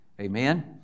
Amen